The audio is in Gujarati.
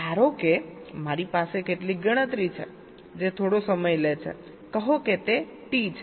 ધારો કે મારી પાસે કેટલીક ગણતરી છે જે થોડો સમય લે છે કહો કે તે T છે